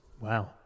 Wow